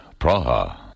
Praha